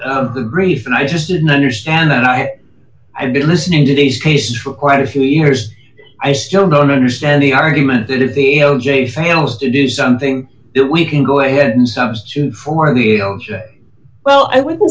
of the brief and i just didn't understand that i've been listening to these cases for quite a few years i still don't understand the argument that if the o j fails to do something we can go ahead and substitute for the oh well i will